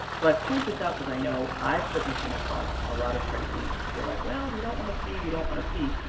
so i point this out because i know i've certainly come across a lot of credit unions who feel like, well, we don't want a fee, we don't want a fee.